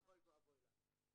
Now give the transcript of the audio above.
אז אוי ואבוי לנו.